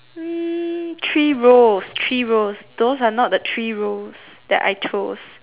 mm three roles three roles those are not the three roles that I chose